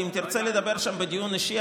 ואם תרצה לדבר שם בדיון האישי,